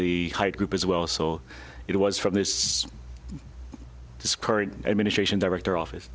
e group as well so it was from this this current administration director office